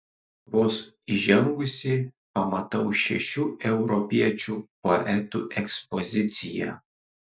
vos įžengusi pamatau šešių europiečių poetų ekspoziciją